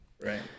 Right